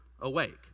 awake